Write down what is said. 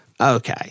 Okay